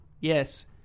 yes